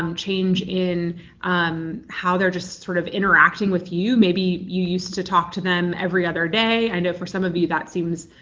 um change in how they're just sort of interacting with you maybe you used to talk to them every other day i know for some of you that seems,